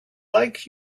like